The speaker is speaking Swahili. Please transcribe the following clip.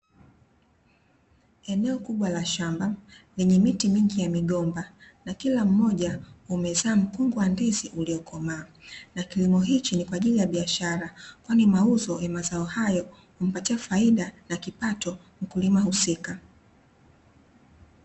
Eneo kubwa la shamba, lenye miti mingi ya migombo na kila mmoja umezaa mkungu wa ndizi, uliokomaa na kilimo hichi ni kwaajili ya biashara kwani mauzo ya mazao hayo umpatia faida ya kipato mkulima husika.